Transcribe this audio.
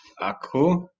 Aku